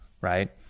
right